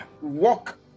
walk